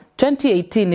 2018